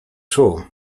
czuł